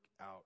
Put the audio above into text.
out